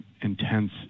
intense